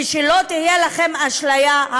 ושלא תהיה לכם אשליה,